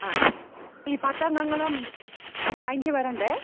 ആ ഈ പത്തംഗങ്ങളും ബാങ്കില് വരണ്ടേ